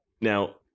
Now